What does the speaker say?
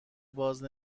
باز